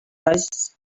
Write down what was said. does